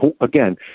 again